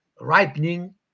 ripening